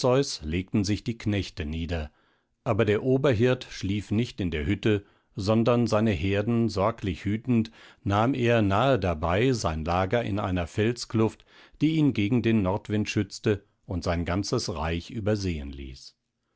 legten sich die knechte nieder aber der oberhirt schlief nicht in der hütte sondern seine herden sorglich hütend nahm er nahe dabei sein lager in einer felskluft die ihn gegen den nordwind schützte und sein ganzes reich übersehen ließ